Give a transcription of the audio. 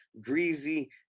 greasy